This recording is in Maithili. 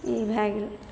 ई भए गेलै